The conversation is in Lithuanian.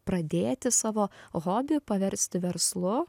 pradėti savo hobį paversti verslu